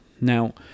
Now